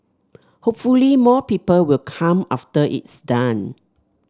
hopefully more people will come after it's done